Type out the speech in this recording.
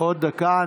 עוד דקה.